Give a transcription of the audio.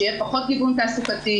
שיהיה פחות גיוון תעסוקתי,